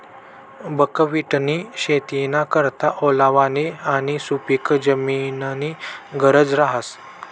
बकव्हिटनी शेतीना करता ओलावानी आणि सुपिक जमीननी गरज रहास